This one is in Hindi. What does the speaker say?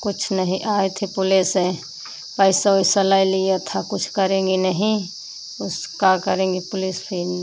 कुछ नहीं आए थे पुलिस एह पैसा वैसा ले लिया था कुछ करेंगी नहीं उस का करेंगे पुलिस फिर